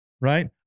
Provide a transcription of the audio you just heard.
right